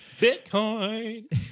Bitcoin